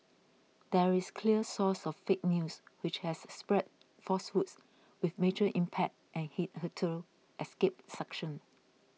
there is clear source of fake news which has spread falsehoods with major impact and hitherto escaped sanction